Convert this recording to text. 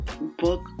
book